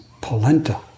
polenta